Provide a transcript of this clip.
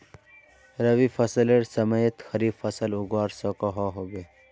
रवि फसलेर समयेत खरीफ फसल उगवार सकोहो होबे?